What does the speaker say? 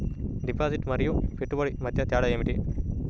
Deposit మరియు పెట్టుబడి మధ్య తేడా ఏమిటి?